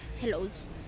hellos